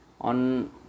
on